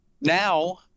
Now